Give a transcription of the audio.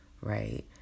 right